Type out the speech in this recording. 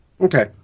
Okay